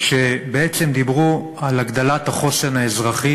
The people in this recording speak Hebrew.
שבעצם דיברו על הגדלת החוסן האזרחי